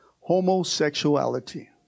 homosexuality